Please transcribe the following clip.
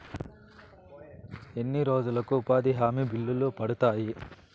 ఎన్ని రోజులకు ఉపాధి హామీ బిల్లులు పడతాయి?